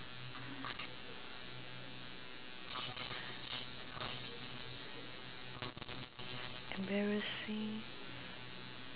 embarrassing